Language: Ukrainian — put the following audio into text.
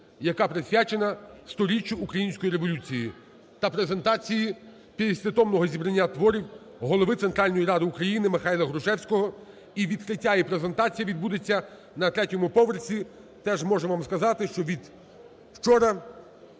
яка присвячення 100-річюю Української революції та презентації 50-томного зібрання творів голови Центральної Ради України Михайла Грушевського. І відкриття і презентація відбудеться на третьому поверсі. Теж можу вам сказати, що відучора